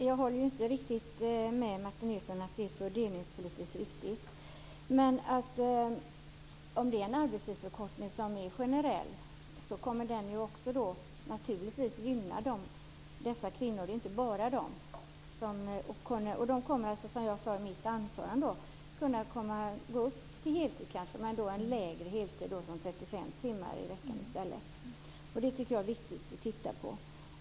Herr talman! Jag håller inte med Martin Nilsson om att det är fördelningspolitiskt riktigt. Men en generell arbetstidsförkortning kommer naturligtvis att gynna dessa kvinnor. Det gäller inte bara dem. De kommer, som jag sade i mitt anförande, att kunna gå upp till heltid, men till den kortare heltiden om 35 timmar i veckan i stället. Det tycker jag är viktigt att titta på.